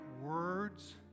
words